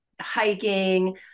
hiking